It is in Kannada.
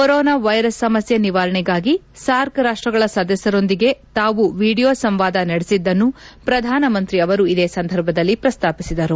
ಕೊರೋನಾ ವೈರಸ್ ಸಮಸ್ಥೆ ನಿವಾರಣೆಗಾಗಿ ಸಾರ್ಕ್ ರಾಷ್ಷಗಳ ಸದಸ್ಯರೊಂದಿಗೆ ತಾವು ವಿಡಿಯೋ ಸಂವಾದ ನಡೆಸಿದ್ದನ್ನು ಪ್ರಧಾನಮಂತ್ರಿ ಅವರು ಇದೇ ಸಂದರ್ಭದಲ್ಲಿ ಪ್ರಸ್ತಾಪಿಸಿದರು